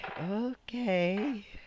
okay